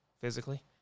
physically